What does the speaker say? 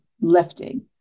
lifting